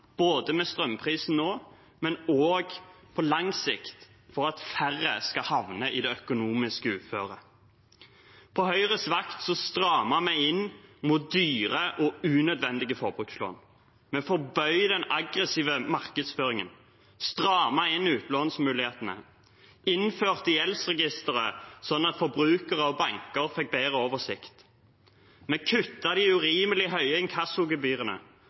med strømprisene nå, men også på lang sikt for at færre skal havne i det økonomiske uføret. På Høyres vakt strammet vi inn mot dyre og unødvendige forbrukslån. Vi forbød den aggressive markedsføringen, strammet inn utlånsmulighetene, innførte gjeldsregistre, sånn at forbrukere og banker fikk bedre oversikt. Vi kuttet de urimelig høye